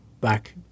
back